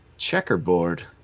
checkerboard